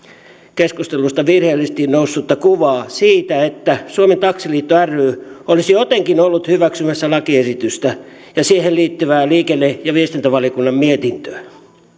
keskustelusta virheellisesti noussutta kuvaa siitä että suomen taksiliitto ry olisi jotenkin ollut hyväksymässä lakiesitystä ja siihen liittyvää liikenne ja viestintävaliokunnan mietintöä